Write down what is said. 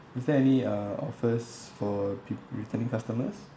is there any uh offers for re~ returning customers